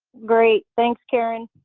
great, thanks karen.